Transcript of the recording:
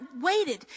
waited